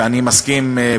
אני מסכים,